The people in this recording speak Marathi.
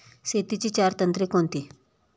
शेतीची चार तंत्रे कोणती?